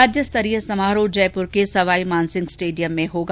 राज्यस्तरीय समारोह जयपुर के सवाईमानसिंह स्टेडियम में होगा